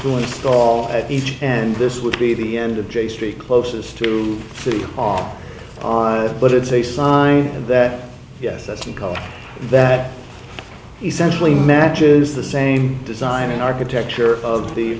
to install at each and this would be the end of j street closest to the off on it but it's a sign that yes that's income that essentially matches the same design and architecture of the